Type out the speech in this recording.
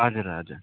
हजुर हजुर